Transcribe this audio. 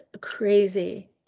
crazy